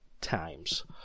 times